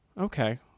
okay